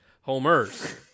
Homers